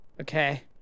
Okay